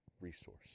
resource